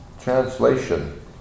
Translation